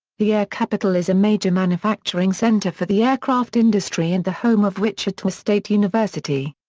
the air capital is a major manufacturing center for the aircraft industry and the home of wichita state university.